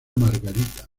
margarita